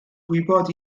gwybod